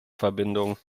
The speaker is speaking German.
verbindung